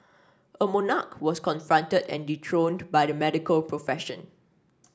a monarch was confronted and dethroned by the medical profession